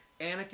Anakin